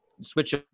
switch